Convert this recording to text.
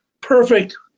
perfect